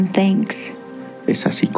thanks